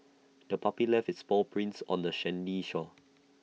the puppy left its paw prints on the sandy shore